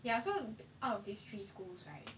ya so out of these three schools right